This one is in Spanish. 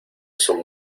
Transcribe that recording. son